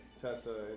Tessa